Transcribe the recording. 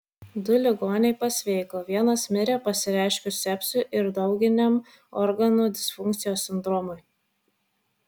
du ligoniai pasveiko vienas mirė pasireiškus sepsiui ir dauginiam organų disfunkcijos sindromui